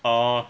ah